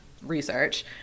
research